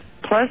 plus